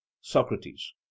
socrates